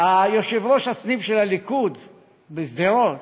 יושב-ראש הסניף של הליכוד בשדרות